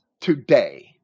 today